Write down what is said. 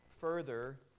further